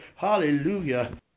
Hallelujah